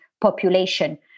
population